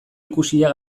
ikusia